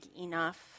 enough